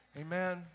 Amen